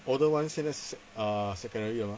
older [one] 现在 err se~ secondary 了 lor